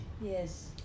Yes